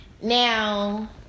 Now